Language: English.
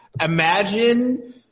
Imagine